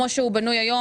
כמו שהוא בנוי היום,